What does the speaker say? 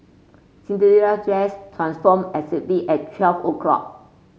Cinderella's dress transformed exactly at twelve o'clock